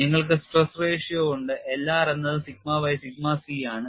നിങ്ങൾക്ക് stress ratio ഉണ്ട് L r എന്നത് sigma by sigma c ആണ്